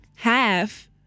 Half